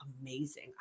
amazing